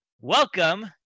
welcome